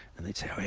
and they'd say,